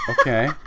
Okay